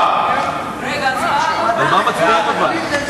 על מה מצביעים?